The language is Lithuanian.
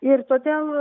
ir todėl